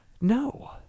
No